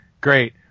great